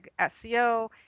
SEO